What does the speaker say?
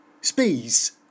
space